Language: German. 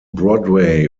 broadway